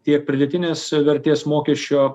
tiek pridėtinės vertės mokesčio